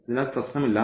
അതിനാൽ പ്രശ്നമില്ല